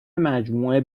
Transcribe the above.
مجموعه